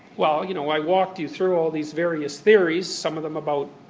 well, you know, i walked you through all these various theories, some of them about